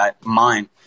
mind